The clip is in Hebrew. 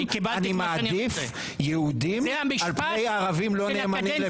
אני מעדיף יהודים על פני ערבים לא נאמנים לפה.